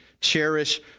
cherish